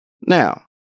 Now